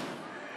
חברי הכנסת)